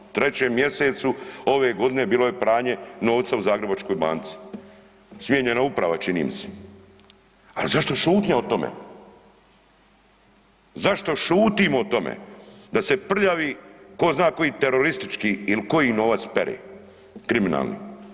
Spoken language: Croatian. U 3. mjesecu ove godine bilo je pranje novca u Zagrebačkoj banci, smijenjena uprava čini mi se, al zašto šutnja o tome, zašto šutimo o tome da se prljavi tko zna koji teroristički ili koji novac pere, kriminalni.